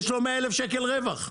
יש לו 100,000 שקל רווח.